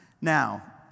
Now